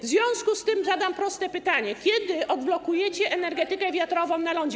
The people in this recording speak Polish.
W związku z tym zadam proste pytanie: Kiedy odblokujecie energetykę wiatrową na lądzie?